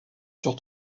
sur